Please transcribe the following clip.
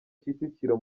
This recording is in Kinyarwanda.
kicukiro